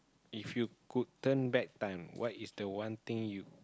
if you could turn back time what is the one thing you